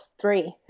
three